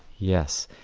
yes.